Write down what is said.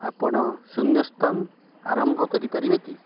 ଆପଣ ଶୂନ୍ୟସ୍ତାନ ଆରମ୍ଭ କରିପାରିବେ କି